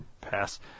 pass